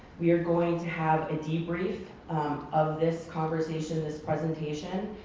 we are going to have a debrief of this conversation, this presentation.